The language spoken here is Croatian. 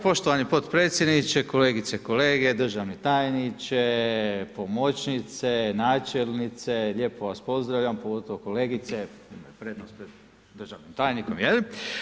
Poštovani potpredsjedniče, kolegice i kolege, državni tajniče, pomoćnice, načelnice, lijepo vas pozdravljam, pogotovo kolegice, imaju prednost pred državnim tajnikom, je li.